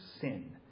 sin